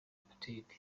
apartheid